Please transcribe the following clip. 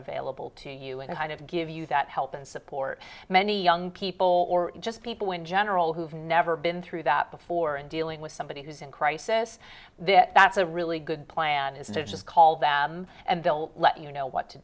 available to you and i give you that help and support many young people or just people in general who've never been through that before and dealing with somebody who is in crisis that's a really good plan is to just call them and they will let you know what to